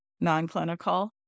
non-clinical